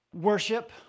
worship